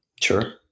Sure